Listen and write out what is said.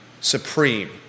supreme